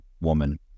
woman